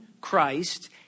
Christ